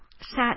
sat